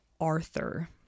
Arthur